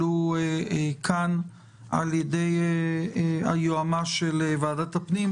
כאן על ידי היועמ"ש של ועדת הפנים.